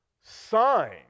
sign